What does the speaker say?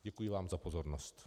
Děkuji vám za pozornost.